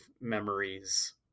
memories